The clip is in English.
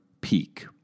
peak